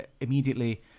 immediately